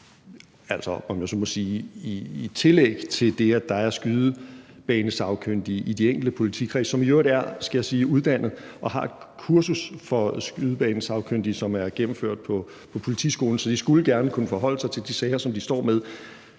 i tillæg til det, at der er skydebanesagkyndige i de enkelte politikredse – som, skal jeg sige, i øvrigt er uddannet og har et kursus for skydebanesagkyndige, som er gennemført på politiskolen, så de skulle gerne kunne forholde sig til de sager, som de står med